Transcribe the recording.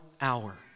hour